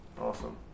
Awesome